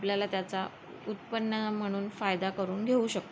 आपल्याला त्याचा उत्पन्न म्हणून फायदा करून घेऊ शकतो